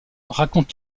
raconte